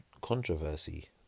controversy